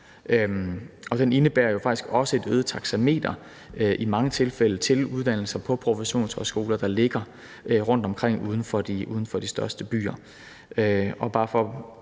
Den indebærer jo faktisk også et øget taxameter i mange tilfælde til uddannelser på professionshøjskoler, der ligger rundtomkring uden for de største byer.